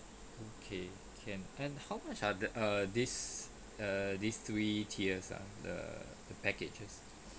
okay can and how much are the err this err these three tiers ah the packages